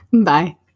Bye